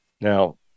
now